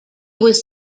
was